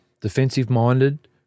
defensive-minded